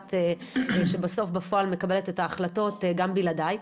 מבצעת שבסוף בפועל מקבלת את ההחלטות גם בלעדי,